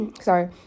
Sorry